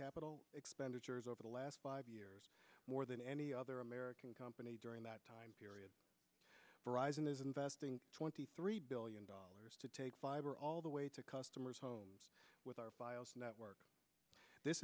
capital expenditures over the last five years more than any other american company during that time period verizon is investing twenty three billion dollars to take fiber all the way to customers homes with our network this